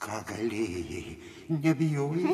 ką galėjai nebijojai